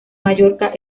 mallorca